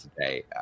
today